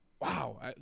wow